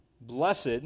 Blessed